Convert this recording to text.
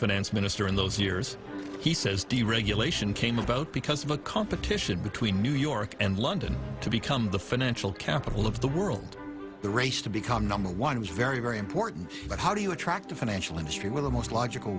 finance minister in those years he says deregulation came about because of a competition between new york and london to become the financial capital of the world the race to become number one was very very important but how do you attract a financial industry with the most logical